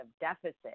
deficit